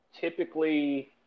typically